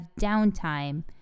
downtime